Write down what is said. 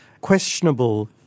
questionable